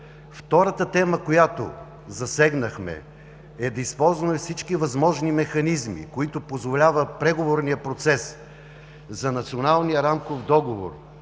Втората тема, която засегнахме, е да използваме всички възможни механизми, които позволява преговорният процес за националния рамков договор